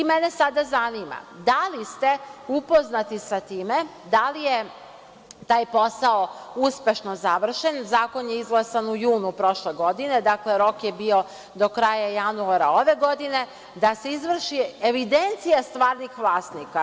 Mene sad zanima – da li ste upoznati sa time, da li je taj posao uspešno završen, zakon je izglasan u junu prošle godine, dakle rok je bio do kraja januara ove godine da se izvrši evidencija stvarnih vlasnika?